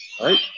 right